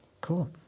Cool